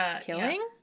killing